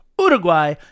Uruguay